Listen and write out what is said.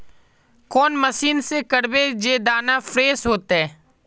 कौन मशीन से करबे जे दाना फ्रेस होते?